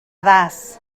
das